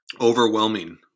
Overwhelming